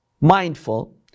mindful